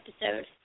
episode